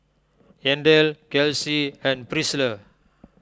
Yandel Kelsi and Pricilla